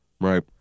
right